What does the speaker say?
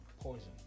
Poison